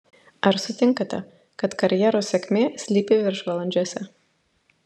ar sutinkate kad karjeros sėkmė slypi viršvalandžiuose